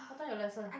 what time your lesson